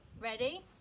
Ready